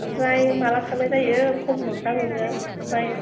ओमफ्राय माला थांनाय जायो खबर हरसै आं नोंनो ओमफ्राय